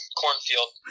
cornfield